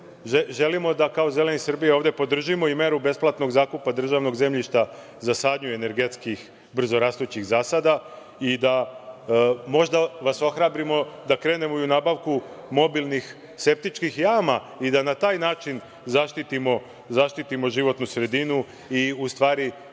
da, kao Zeleni Srbije, podržimo i meru besplatnog zakupa državnog zemljišta za sadnju energetskih brzo rastućih zasada i da vas možda ohrabrimo da krenemo u nabavku mobilnih septičkih jama i da na taj način zaštitimo životnu sredinu i da